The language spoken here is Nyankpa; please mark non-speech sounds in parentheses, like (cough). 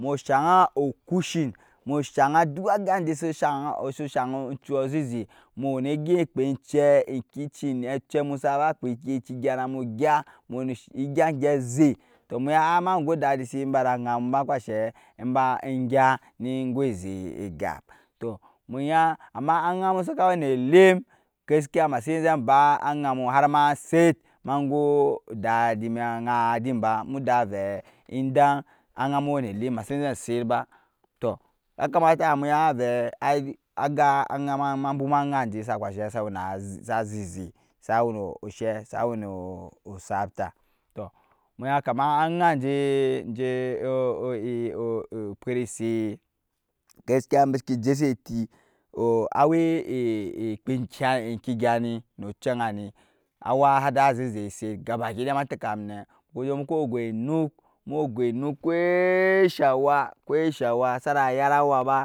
Mu shang (hesitation) okushin mu shang duk aga jɛ sushang ugchu zizɛ mu wɛi ni egyi kpincɛ ekicin (hesitation) ucɛmu saba kpa enkigya namu gya mu wɛi ni (hesitation) engya gɛzɛ tɔɔ muya ma gɔɔ dadi masi ba da angamu ba kpashe mba egya nɛ gɔɔ zɛ ɛgap tɔɔ muya ama agamu sava wɛi nɛ dim gaskiya masi zɛ ba ajamu har ma sɛt ma gɔɔ odadi ma ajadin ba muda vɛi idan ajamu wɛi nɛ tim masi zɛ sɛt ba tɔɔ ya kamata muya vɛi (hesitation) aga (hesitation) ma bwuma azayɛ sa kpashɛ sa zizɛ sa wɛi nɔɔ ushɛ sa wɛi nɔɔ osapta tɔɔ muya kama ajanjɛ (hesitation) opɛricɛi gaskiya bisiki jɛ sɛtti o aw (hesitation) kpa emcigyani nu cɛgni awa sa da zizɛ sɛt gabakidaya ma tɛkamunɛ (unintelligible) muku gɔ enuk kwɛ shawa sara yara wa ba,